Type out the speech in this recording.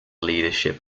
leadership